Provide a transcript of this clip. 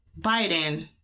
biden